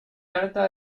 carta